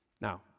Now